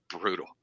brutal